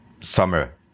summer